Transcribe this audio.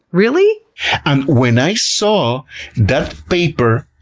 really? and when i saw that paper,